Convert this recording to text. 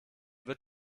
wird